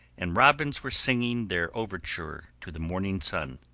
and robins were singing their overture to the morning sun.